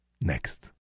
Next